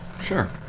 sure